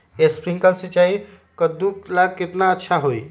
Sprinkler सिंचाई कददु ला केतना अच्छा होई?